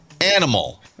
Animal